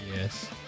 Yes